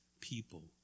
people